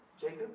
Jacob